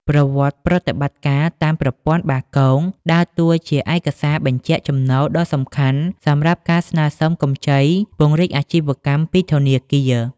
ប្រវត្តិប្រតិបត្តិការតាម ប្រព័ន្ធបាគង ដើរតួជាឯកសារបញ្ជាក់ចំណូលដ៏សំខាន់សម្រាប់ការស្នើសុំកម្ចីពង្រីកអាជីវកម្មពីធនាគារ។